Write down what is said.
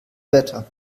wetter